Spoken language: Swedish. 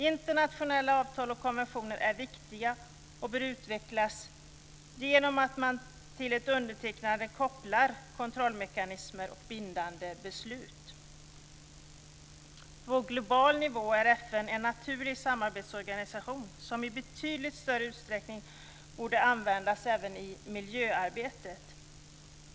Internationella avtal och konventioner är viktiga och bör utvecklas genom att man till ett undertecknande kopplar kontrollmekanismer och bindande beslut. På global nivå är FN en naturlig samarbetsorganisation som i betydligt större utsträckning borde användas även i miljöarbetet.